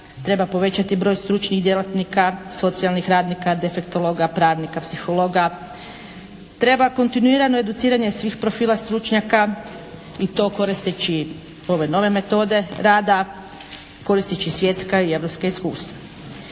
Treba povećati broj stručnih djelatnika, socijalnih radnika, defektologa, pravnika, psihologa. Treba kontinuirano educiranje svih profila stručnjaka i to koristeći ove nove metode rada, koristeći svjetska i europska iskustva.